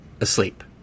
asleep